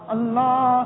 Allah